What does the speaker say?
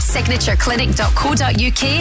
Signatureclinic.co.uk